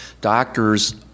doctors